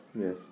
Yes